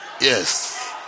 Yes